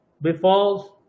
befalls